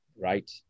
Right